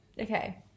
Okay